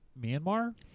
Myanmar